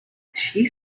she